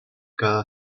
cada